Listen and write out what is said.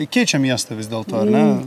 keičia miestą vis dėlto ar ne